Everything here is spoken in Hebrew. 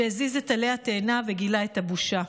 שהזיז את עלה התאנה וגילה את הבושה,